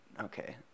Okay